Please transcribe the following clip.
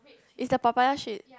is the papaya sweet